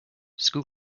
school